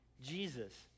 Jesus